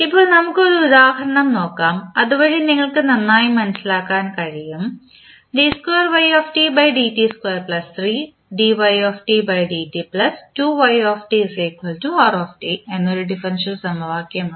ഇപ്പോൾ നമുക്ക് ഒരു ഉദാഹരണം നോക്കാം അതുവഴി നിങ്ങൾക്ക് നന്നായി മനസ്സിലാക്കാൻ കഴിയും എന്ന ഒരു ഡിഫറൻഷ്യൽ സമവാക്യം ഉണ്ട്